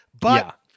But-